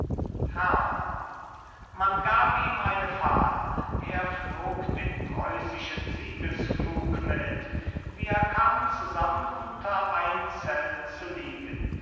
herrmann man gab ihm eine fahne er flog den preußischen siegesflug mit wir kamen zusammen unter ein zelt zu liegen